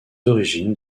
origines